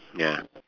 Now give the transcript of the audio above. ya